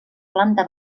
planta